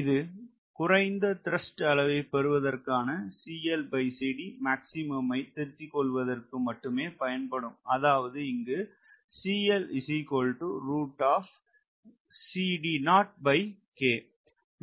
இது குறைந்த த்ரஸ்ட் அளவை பெறுவதற்காக ஐ திருத்திக்கொள்வதற்கு மட்டுமே பயன்படும் அதாவது